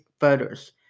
voters